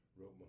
wrote